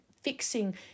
fixing